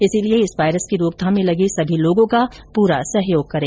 इसीलिए इस वायरस की रोकथाम में लगे सभी लोगों का पूरा सहयोग करें